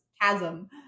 chasm